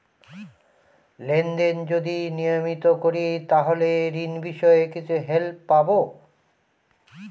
Lane দেন যদি নিয়মিত করি তাহলে ঋণ বিষয়ে কিছু হেল্প পাবো?